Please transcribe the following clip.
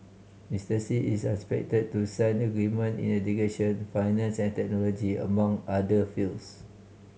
Mister Xi is expected to sign agreement in education finance and technology among other fields